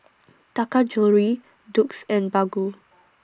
Taka Jewelry Doux and Baggu